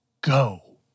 go